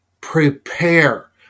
prepare